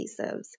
Adhesives